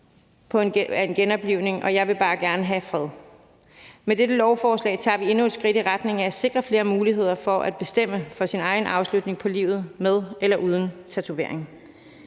et hjertestop, og jeg vil bare gerne have fred. Med dette lovforslag tager vi endnu et skridt i retning af at sikre flere muligheder for at bestemme over sin egen afslutning på livet med eller uden tatovering.